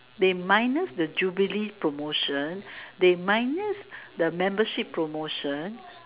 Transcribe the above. they minus the Jubilee promotion they minus the membership promotion